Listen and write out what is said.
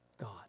God